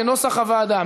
כנוסח הוועדה.